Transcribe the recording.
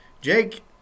Jake